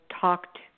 talked